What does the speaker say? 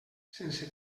sense